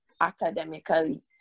academically